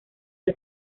del